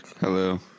Hello